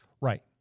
Right